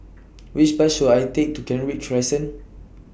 Which Bus should I Take to Kent Ridge Crescent